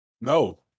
No